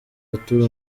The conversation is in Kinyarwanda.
arthur